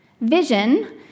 Vision